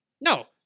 No